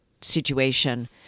situation